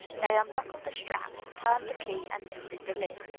they unbuckled the straps, turned the key, and lifted the lid.